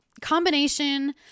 combination